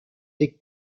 des